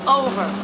over